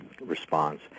response